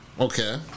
Okay